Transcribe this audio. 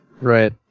Right